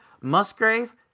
Musgrave